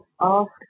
ask